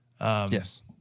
Yes